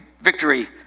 victory